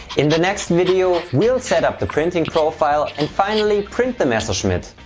in the next video we'll set up the printing profile and finally print the messerschmitt.